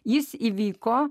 jis įvyko